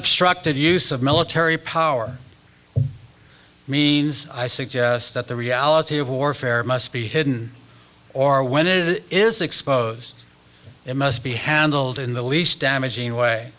unobstructed use of military power means i suggest that the reality of warfare must be hidden or when it is exposed it must be handled in the least damaging way